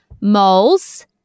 moles